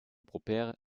propre